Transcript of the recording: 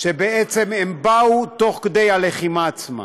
שבעצם באו תוך כדי הלחימה עצמה,